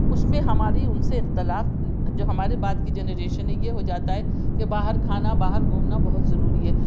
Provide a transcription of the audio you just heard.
اس میں ہماری ان سے اختلاف جو ہمارے بعد کی جنریشن ہے یہ ہو جاتا ہے کہ باہر کھانا باہر گھومنا بہت ضروری ہے